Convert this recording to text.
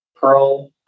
Pearl